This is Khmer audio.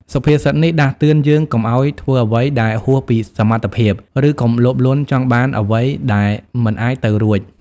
សុភាសិតនេះដាស់តឿនយើងកុំឱ្យធ្វើអ្វីដែលហួសពីសមត្ថភាព ឬកុំលោភលន់ចង់បានអ្វីដែលមិនអាចទៅរួច។